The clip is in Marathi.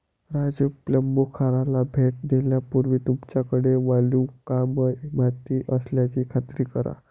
राजू प्लंबूखाराला भेट देण्यापूर्वी तुमच्याकडे वालुकामय माती असल्याची खात्री करा